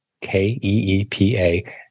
k-e-e-p-a